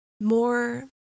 more